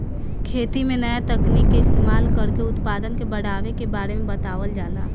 खेती में नया तकनीक के इस्तमाल कर के उत्पदान के बढ़ावे के बारे में बतावल जाता